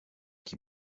qui